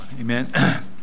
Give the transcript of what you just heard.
Amen